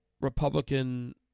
Republican